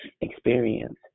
experience